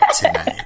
tonight